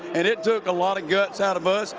and it took a lot of guts out of us.